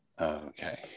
Okay